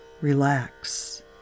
Relax